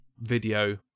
Video